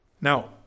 Now